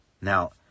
Now